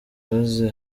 duhagaze